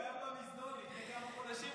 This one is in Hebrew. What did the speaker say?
הוא היה במזנון לפני כמה חודשים,